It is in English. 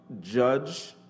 judge